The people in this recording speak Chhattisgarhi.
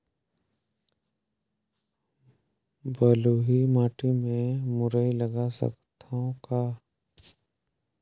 बलुही माटी मे मुरई लगा सकथव का?